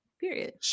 Period